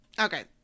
Okay